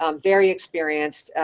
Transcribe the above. um very experienced,